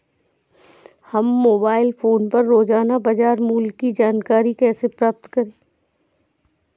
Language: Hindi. हम मोबाइल फोन पर रोजाना बाजार मूल्य की जानकारी कैसे प्राप्त कर सकते हैं?